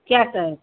क्या सर